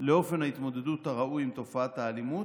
לאופן ההתמודדות הראוי עם תופעת האלימות,